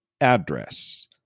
address